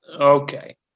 Okay